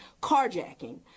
carjacking